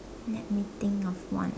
let me think of one